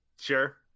Sure